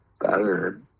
better